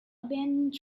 abandoned